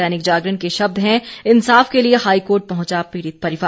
दैनिक जागरण के शब्द हैं इंसाफ के लिए हाईकोर्ट पहुंचा पीड़ित परिवार